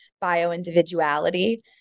bio-individuality